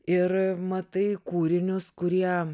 ir matai kūrinius kurie